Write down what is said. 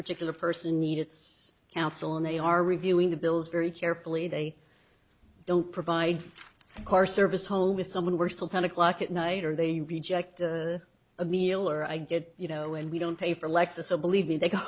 particular person need its counsel and they are reviewing the bills very carefully they don't provide car service home with someone we're still ten o'clock at night or they reject a meal or i get you know and we don't pay for lexus or believe me they go